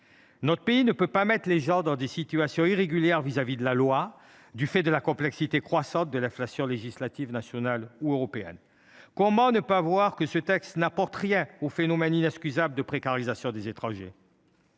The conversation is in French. Notre pays ne peut pas mettre les gens dans des situations irrégulières vis à vis de la loi du fait de la complexité croissante de celle ci et de l’inflation législative nationale et européenne. Comment ne pas voir que ce texte n’apporte rien au phénomène inexcusable de précarisation des étrangers ?